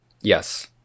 Yes